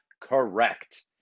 correct